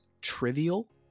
trivial